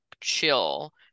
chill